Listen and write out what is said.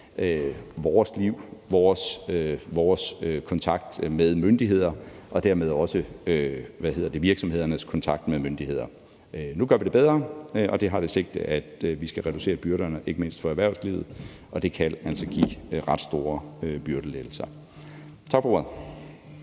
vores liv, vores kontakt med myndigheder og dermed også virksomhedernes kontakt med myndigheder. Nu gør vi det bedre, og det har det sigte, at vi skal reducere byrderne, ikke mindst for erhvervslivet, og det kan altså give ret store byrdelettelser. Tak for ordet.